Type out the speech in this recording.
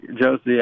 Josie